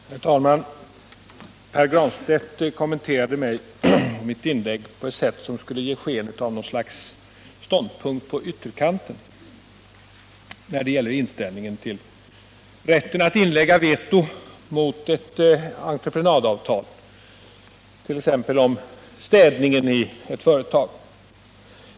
Herr talman! Pär Granstedt kommenterade mitt inlägg på ett sätt som gav intrycket av att jag skulle befinna mig på ytterkanten i min inställning till rätten att inlägga veto mot ett entreprenadavtal, t.ex. i fråga om städningen i ett företag.